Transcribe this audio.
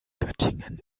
göttingen